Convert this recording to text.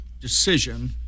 decision